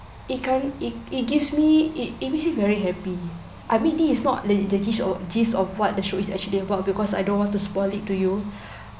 it kind it it gives me it makes me very happy I mean this is not the the gist of the gist of what the show is actually about because I don't want to spoil it to you